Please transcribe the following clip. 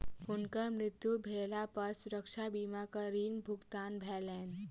हुनकर मृत्यु भेला पर सुरक्षा बीमा सॅ ऋण भुगतान भेलैन